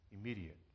immediate